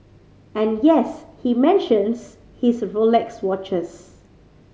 and yes he mentions his Rolex watches